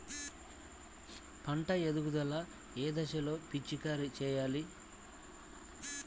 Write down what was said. పంట ఎదుగుదల ఏ దశలో పిచికారీ చేయాలి?